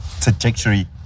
trajectory